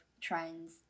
trends